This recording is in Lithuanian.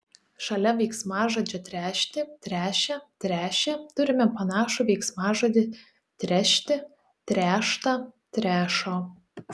šalia veiksmažodžio tręšti tręšia tręšė turime panašų veiksmažodį trešti tręšta trešo